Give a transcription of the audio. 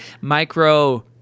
micro